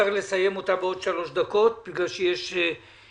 נצטרך לסיים אותה בעוד שלוש דקות בגלל שיש מליאה.